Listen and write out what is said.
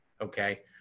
okay